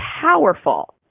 Powerful